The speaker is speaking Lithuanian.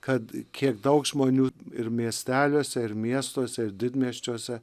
kad kiek daug žmonių ir miesteliuose ir miestuose ir didmiesčiuose